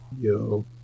yo